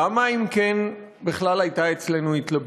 למה אם כן בכלל הייתה אצלנו התלבטות?